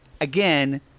Again